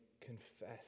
confess